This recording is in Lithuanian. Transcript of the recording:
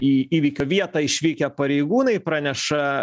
į įvykio vietą išvykę pareigūnai praneša